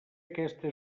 aquesta